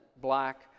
black